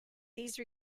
these